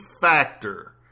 factor